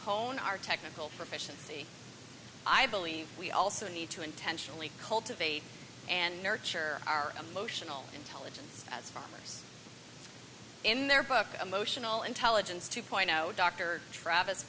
hone our technical proficiency i believe we also need to intentionally cultivate and nurture our emotional intelligence as farmers in their book emotional intelligence to point out dr travis